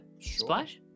splash